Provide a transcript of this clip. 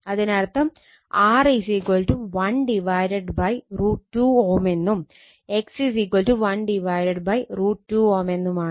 അതിനർത്ഥം R 1 √ 2 Ω എന്നും X 1 √ 2 Ω എന്നുമാണ്